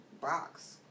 box